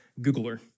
Googler